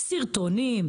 סרטונים,